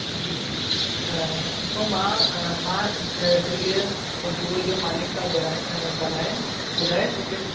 जी पोइ मां अ मां अ दिल्लीअ जूअ जो मालिक त बुलाए ॻाल्हाए ॿुधाइ मूंखे